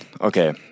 okay